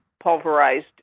pulverized